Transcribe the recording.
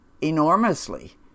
Enormously